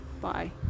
Bye